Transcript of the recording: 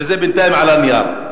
וזה בינתיים על הנייר.